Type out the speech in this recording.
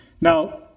Now